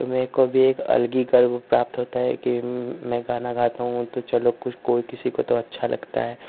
तो मुझको अलग ही गर्व प्राप्त होता है कि मैं गाना गाता हूँ तो चलो कोई किसी को तो अच्छा लगता है